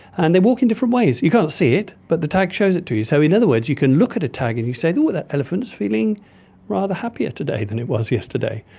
and they walk in different ways. you can't see it but the tag shows it to you. so in other words you can look at a tag and you say, oh, that elephant is feeling rather happier today than it was yesterday.